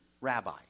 rabbi